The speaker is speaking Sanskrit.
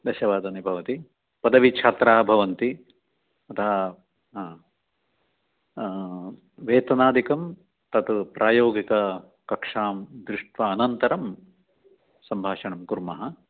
दशवादने भवति पदवी छात्राः भवन्ति अतः वेतनादिकं तत् प्रायोगिककक्षां दृष्ट्वा अनन्तरं सम्भाषणं कुर्मः